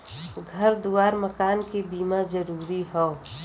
घर दुआर मकान के बीमा जरूरी हौ